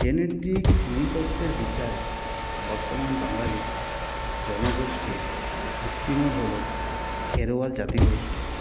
genetic নৃতত্ত্বের বিচারে বর্তমান বাঙালি জনগোষ্ঠীর ভিত্তিমূল হল খেরোয়াল জাতিগোষ্ঠী